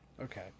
okay